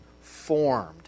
formed